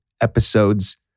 episodes